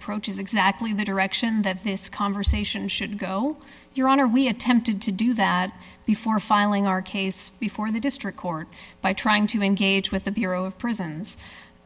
approach is exactly the direction that this conversation should go your honor we attempted to do that before filing our case before the district court by trying to engage with the bureau of prisons